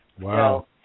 Wow